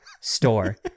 store